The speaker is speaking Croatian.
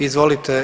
Izvolite.